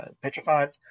petrified